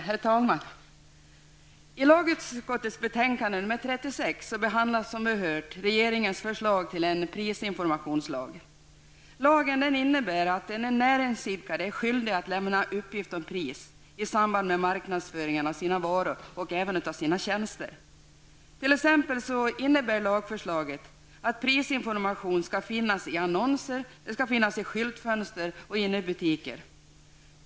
Herr talman! I lagutskottets betänkande 36 behandlas, som vi har hört, regeringens förslag till en prisinformationslag. Lagen innebär att en näringsidkare är skyldig att lämna uppgift om pris i samband med marknadsföringen av sina varor och även sina tjänster. Lagförslaget innebär exempelvis att prisinformation skall finnas i annonser, i skyltfönster och inne i butiker.